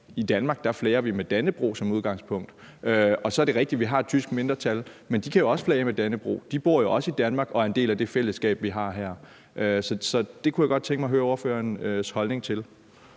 i Danmark flager vi som udgangspunkt med Dannebrog. Så er det rigtigt, at vi har et tysk mindretal, men de kan jo også flage med Dannebrog. De bor jo også i Danmark og er en del af det fællesskab, vi har her. Så det kunne jeg godt tænke mig at høre ordførerens holdning til.